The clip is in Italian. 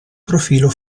profilo